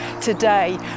today